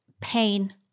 pain